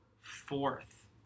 fourth